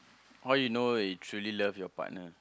how you know you truly love your partner